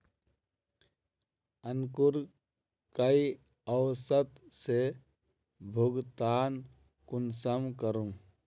अंकूर कई औसत से भुगतान कुंसम करूम?